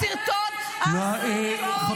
את לא מסוגלת לשבת בשקט.